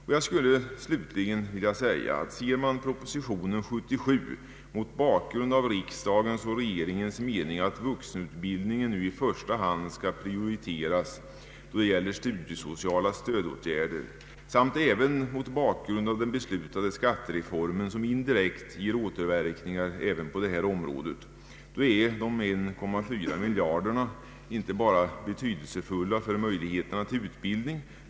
Om man ser proposition nr 77 mot bakgrund av riksdagens och regeringens mening att vuxenutbildningen nu i första hand skall prioriteras då det gäller studiesociala stödåtgärder samt även mot bakgrund av den beslutade skattereformen, som indirekt får återverkningar även på detta område, är de 1,4 miljarderna betydelsefulla inte bara för möjligheterna till utbildning.